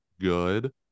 good